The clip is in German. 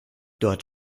dort